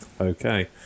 Okay